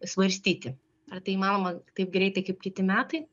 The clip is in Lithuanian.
svarstyti ar tai įmanoma taip greitai kaip kiti metai